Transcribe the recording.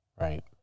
Right